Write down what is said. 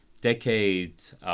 decades